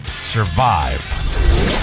survive